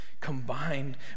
combined